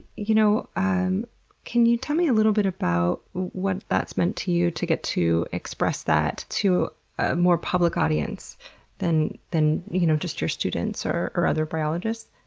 you know um can you tell me a little bit about what that's meant to you to get to express that to a more public audience than than you know just to your students or or other biologists?